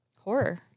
horror